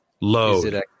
load